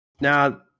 Now